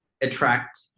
attract